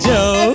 Joe